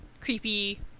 creepy